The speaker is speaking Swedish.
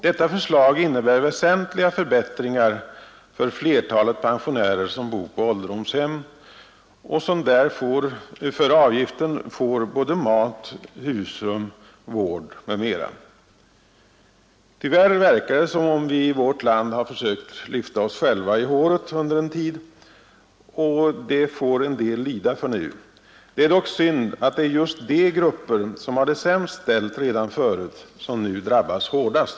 Detta förslag innebär väsentliga förbättringar för flertalet pensionärer som bor på ålderdomshem och som där för avgiften får såväl mat som husrum, vård, m.m. Tyvärr verkar det som om vi i vårt 15 land försökt lyfta oss själva i håret under en tid, och det får en del lida för nu. Det är dock synd att det är just de grupper som har det sämst ställt redan förut som nu drabbas hårdast.